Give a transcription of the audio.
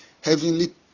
Heavenly